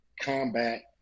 combat